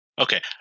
Okay